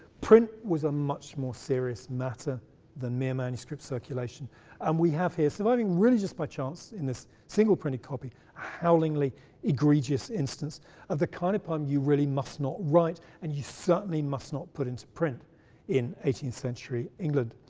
print was a much more serious matter than mere manuscript circulation and we have here, surviving really just by chance in this single printed copy, a howlingly egregious instance of the kind of poem you really must not write and you certainly must not put into print in eighteenth century england.